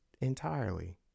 entirely